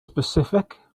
specific